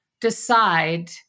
decide